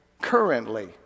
currently